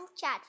chat